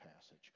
passage